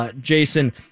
Jason